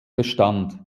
bestand